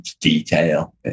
detail